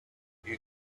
you